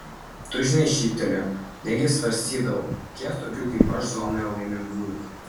tu žinai šyptelėjo netgi svarstydavau kiek tokių kaip aš zonoje laimingųjų